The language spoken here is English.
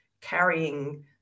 carrying